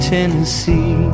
Tennessee